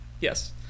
Yes